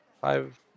five